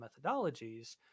methodologies